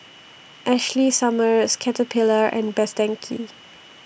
Ashley Summers Caterpillar and Best Denki